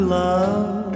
love